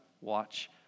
watch